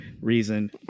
reason